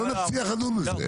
לא נצליח לדון בזה.